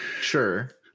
Sure